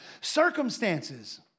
Circumstances